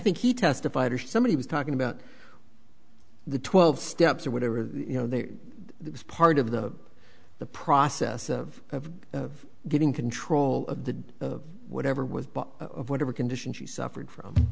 think he testified or somebody was talking about the twelve steps or whatever you know they're part of the the process of getting control of the whatever with whatever condition she suffered